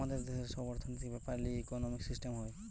আমাদের দেশের সব অর্থনৈতিক বেপার লিয়ে ইকোনোমিক সিস্টেম হয়